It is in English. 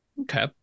Okay